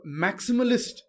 maximalist